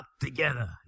Together